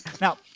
Now